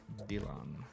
Dylan